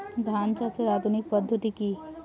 ধান চাষের আধুনিক পদ্ধতি কি?